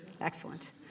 Excellent